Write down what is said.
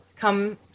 come